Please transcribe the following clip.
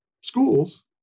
schools